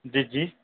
جی جی